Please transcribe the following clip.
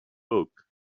book